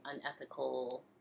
unethical